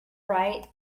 right